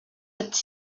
ati